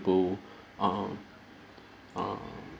go um err